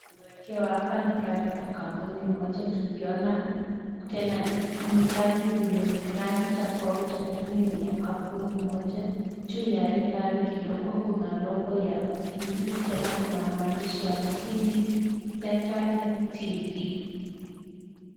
Tunawekewa hapa ni gari za kampuni moja tukiona. Tena ni gari zenye ni rangi tofauti lakini ni ya kampuni moja. Juu ya hii gari kidogo kuna logo ya Mercedes. Tena kuna maandishi ya Mercedes Center LTD.